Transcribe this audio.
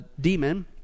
demon